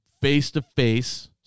face-to-face